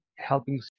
helping